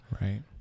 Right